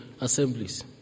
Assemblies